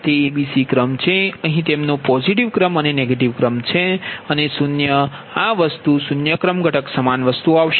તે a b c ક્રમ છે અહીં તેમનો પોઝીટીવ ક્રમ અને નેગેટીવ ક્રમ છે અને 0 આ વસ્તુ તમારા 0 ક્રમ ઘટક સમાન વસ્તુ આવશે